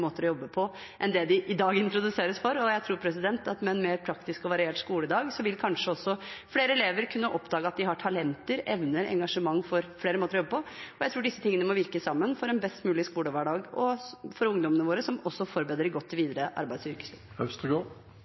måter å jobbe på enn det de i dag introduseres for. Jeg tror at med en mer praktisk og variert skoledag vil kanskje også flere elever kunne oppdage at de har talenter, evner og engasjement for flere måter å jobbe på, og jeg tror disse tingene må virke sammen for en best mulig skolehverdag for ungdommene våre som også forbereder dem godt til videre arbeids- og